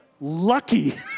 lucky